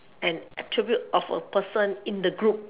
an attribute of a person in the group